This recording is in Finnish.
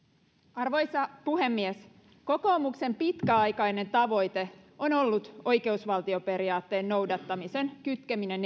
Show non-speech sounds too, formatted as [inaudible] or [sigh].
arvoisa puhemies kokoomuksen pitkäaikainen tavoite on ollut oikeusvaltioperiaatteen noudattamisen kytkeminen [unintelligible]